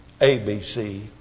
ABC